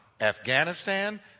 Afghanistan